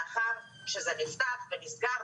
מאחר שזה נפתח ונסגר,